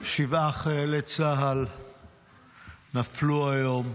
חיילי צה"ל נפלו היום,